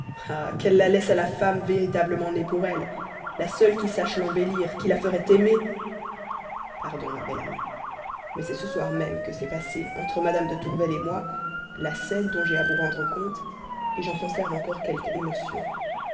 qu'elle la laisse à la femme véritablement née pour elle la seule qui sache l'embellir qui la ferait aimer pardon ma belle amie mais c'est ce soir même que s'est passée entre mme de tourvel moi la scène dont j'ai à vous rendre compte j'en conserve encore quelque émotion